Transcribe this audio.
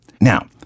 Now